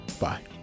Bye